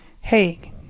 hey